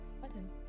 Button